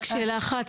רק שאלה אחת,